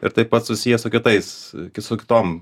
ir taip pat susiję su kitais k su kitom